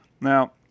Now